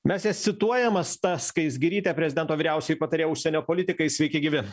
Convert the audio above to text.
mes jas cituojam asta skaisgirytė prezidento vyriausioji patarėja užsienio politikai sveiki gyvi